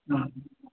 हा